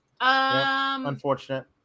Unfortunate